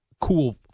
cool